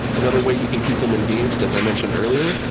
another way you can keep them engaged, as i mentioned earlier,